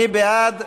מי בעד?